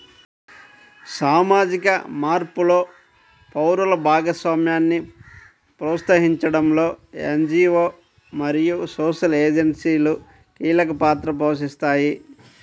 సామాజిక మార్పులో పౌరుల భాగస్వామ్యాన్ని ప్రోత్సహించడంలో ఎన్.జీ.వో మరియు సోషల్ ఏజెన్సీలు కీలక పాత్ర పోషిస్తాయి